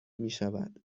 میشود